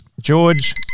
George